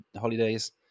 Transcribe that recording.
holidays